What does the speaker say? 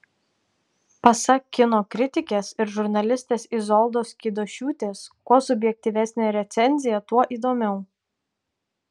pasak kino kritikės ir žurnalistės izoldos keidošiūtės kuo subjektyvesnė recenzija tuo įdomiau